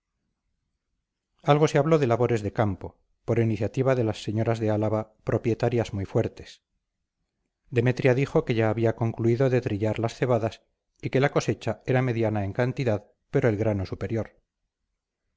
algo se habló de labores ce campo por iniciativa de las señoras de álava propietarias muy fuertes demetria dijo que ya había concluido de trillar las cebadas y que la cosecha era mediana en cantidad pero el grano superior